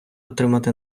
отримати